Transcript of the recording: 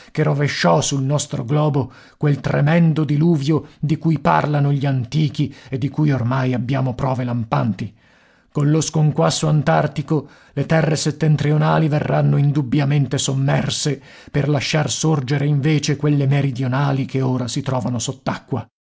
che rovesciò sul nostro globo quel tremendo diluvio di cui parlano gli antichi e di cui ormai abbiamo prove lampanti collo sconquasso antartico le terre settentrionali verranno indubbiamente sommerse per lasciar sorgere invece quelle meridionali che ora si trovano